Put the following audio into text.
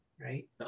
Right